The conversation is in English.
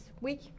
week